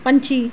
ਪੰਛੀ